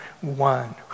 one